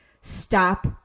stop